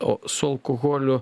o su alkoholiu